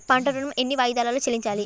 పంట ఋణం ఎన్ని వాయిదాలలో చెల్లించాలి?